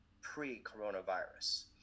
pre-coronavirus